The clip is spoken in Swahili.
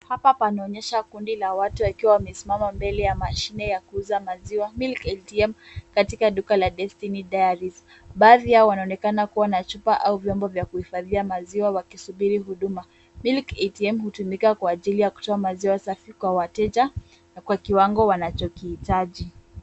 Hapa panaonyesha kundi la watu wakiwa wamesimama mbele ya mashine ya kuuza maziwa Milk Atm katika duka la Destiny Diaries. Baadhi yao wanaonekana kuwa na chupa au vyombo vya kuhifadhia maziwa wakisubiri huduma. Milk Atm hutumika kwa ajili ya kutoa maziwa safi kwa wateja na kwa kiwango wanachokihitaji.